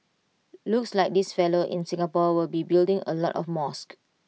looks like this fellow in Singapore will be building A lot of mosques